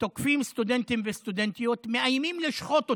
תוקפים סטודנטים וסטודנטיות ומאיימים לשחוט אותם.